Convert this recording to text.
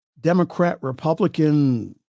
Democrat-Republican